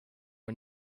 are